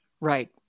Right